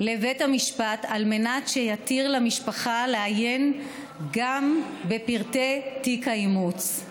לבית המשפט על מנת שיתיר למשפחה לעיין גם בפרטי תיק האימוץ.